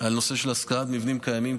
על הנושא של השכרת מבנים קיימים,